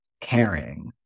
caring